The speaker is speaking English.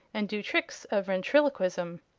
and do tricks of ventriloquism.